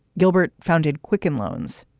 gilbert founded quicken loans.